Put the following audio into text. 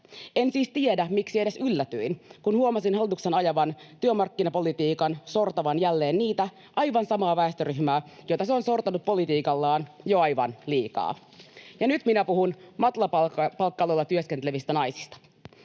En siis tiedä, miksi edes yllätyin, kun huomasin hallituksen ajaman työmarkkinapolitiikan sortavan jälleen sitä aivan samaa väestöryhmää, jota se on sortanut politiikallaan jo aivan liikaa. Minä puhun nyt matalapalkka-aloilla työskentelevistä naisista.